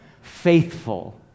Faithful